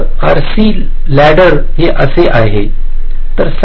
तर RC ladder हे असे आहे